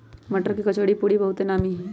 मट्टर के कचौरीपूरी बहुते नामि हइ